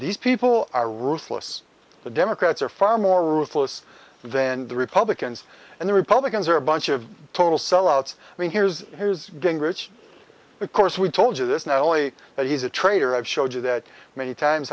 these people are ruthless the democrats are far more ruthless than the republicans and the republicans are a bunch of total sellouts i mean here's here's gingrich of course we told you this not only that he's a traitor i've showed you that many times